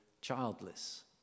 childless